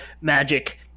magic